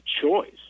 choice